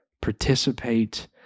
participate